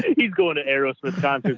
he's going to aerosmith concerts